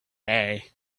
day